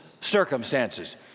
circumstances